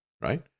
right